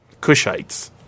cushites